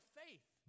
faith